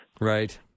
Right